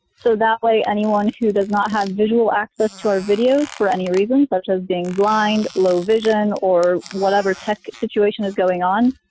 so that way, anyone who does not have visual access to our videos, for any reason, such as being blind, low-vision, or whatever tech situation is going on,